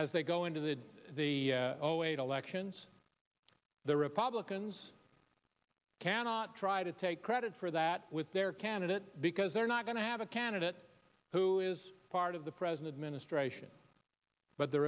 as they go into that the zero eight elections the republicans cannot try to take credit for that with their candidate because they're not going to have a candidate who is part of the president ministration but the